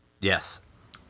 Yes